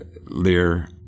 Lear